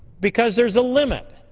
because there's a limit.